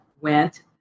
went